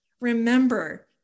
remember